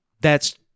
that's-